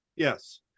yes